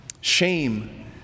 Shame